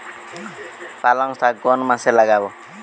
পালংশাক কোন মাসে লাগাব?